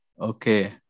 Okay